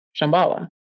Shambhala